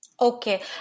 okay